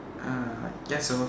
I guess so